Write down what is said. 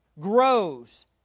grows